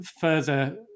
further